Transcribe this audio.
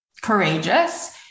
courageous